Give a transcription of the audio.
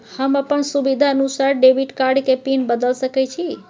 हम अपन सुविधानुसार डेबिट कार्ड के पिन बदल सके छि?